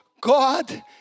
God